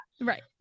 right